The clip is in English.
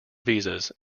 visas